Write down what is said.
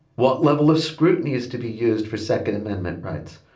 what level of scrutiny is to be used for second amendment rights.